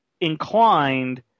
inclined